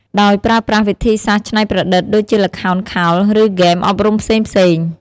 ដោយប្រើប្រាស់វិធីសាស្ត្រច្នៃប្រឌិត ដូចជាល្ខោនខោល ឬហ្គេមអប់រំផ្សេងៗ។